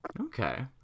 okay